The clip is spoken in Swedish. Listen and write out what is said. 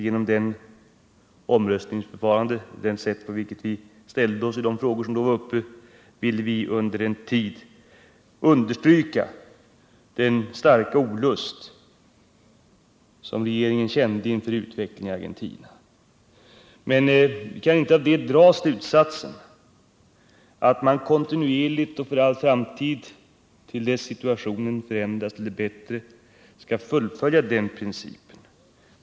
Genom omröstningsförfarandet, det sätt på vilket vi ställde oss i de frågor som då var uppe, ville vi under en tid understryka den starka olust som regeringen kände inför utvecklingen i Argentina. Men vi kan inte av det dra slutsatsen att man kontinuerligt och för all framtid till dess situationen förändras till det bättre kan fullfölja den principen.